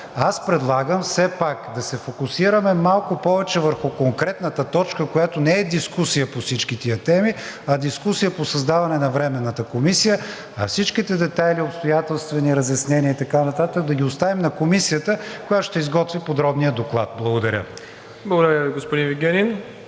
Аз предлагам все пак да се фокусираме малко повече върху конкретната точка, която не е дискусия по всички тези теми, а дискусия по създаване на Временната комисия, а всичките детайли и обстоятелствени разяснения и така нататък да ги оставим на Комисията, която ще изготви подробния доклад. Благодаря. ПРЕДСЕДАТЕЛ МИРОСЛАВ